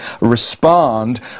respond